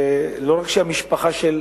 לא רק שהמשפחה של